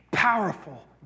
Powerful